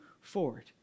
forward